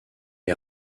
est